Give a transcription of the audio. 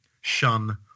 shun